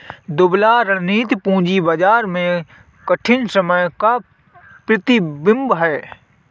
दुबला रणनीति पूंजी बाजार में कठिन समय का प्रतिबिंब है